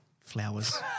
Flowers